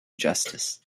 justice